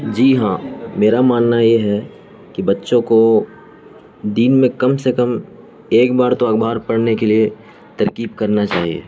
جی ہاں میرا ماننا یہ ہے کہ بچوں کو دن میں کم سے کم ایک بار تو اخبار پڑھنے کے لیے ترکیب کرنا چاہیے